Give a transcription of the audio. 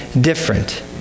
different